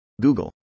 Google